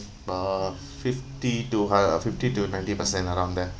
uh fifty to hundred uh fifty to ninety percent around there